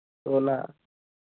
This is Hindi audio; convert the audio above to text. सोना